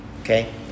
okay